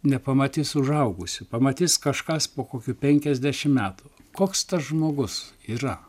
nepamatys užaugusių pamatys kažkas po kokių penkiasdešimt metų koks tas žmogus yra